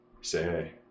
say